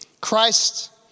Christ